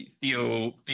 theo